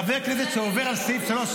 חבר כנסת שעובר על סעיפים 3,